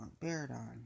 Baradon